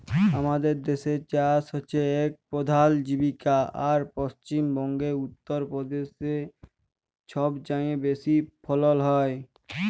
আমাদের দ্যাসে চাষ হছে ইক পধাল জীবিকা আর পশ্চিম বঙ্গে, উত্তর পদেশে ছবচাঁয়ে বেশি ফলল হ্যয়